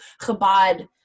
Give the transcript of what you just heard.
Chabad